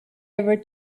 ever